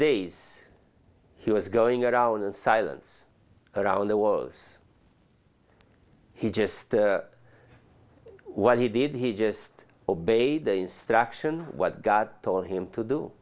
days he was going around and silence around the world he just what he did he just obeyed the instruction what god told him to do